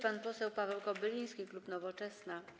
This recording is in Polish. Pan poseł Paweł Kobyliński, klub Nowoczesna.